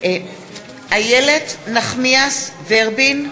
איילת נחמיאס ורבין,